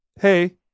hey